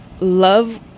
Love